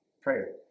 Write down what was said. prayer